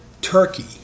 Turkey